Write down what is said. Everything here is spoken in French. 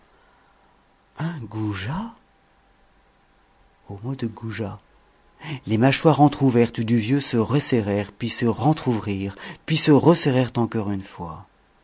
un goujat au mot de goujat les mâchoires entrouvertes du vieux se resserrèrent puis se rentrouvrirent puis se resserrèrent encore une fois